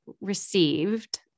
received